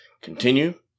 continue